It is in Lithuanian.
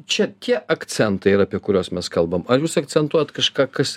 čia tie akcentai yra apie kuriuos mes kalbam ar jūs akcentuojat kažką kas